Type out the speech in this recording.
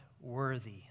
worthy